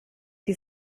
die